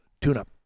tune-up